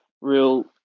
real